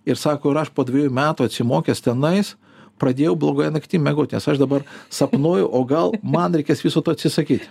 ir sako ir aš po dvejų metų atsimokęs tenais pradėjau blogai naktim miegot nes aš dabar sapnuoju o gal man reikės viso to atsisakyt